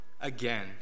again